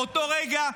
באותו רגע,